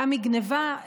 גם מגנבה,